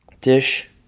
dish